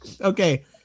Okay